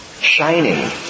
shining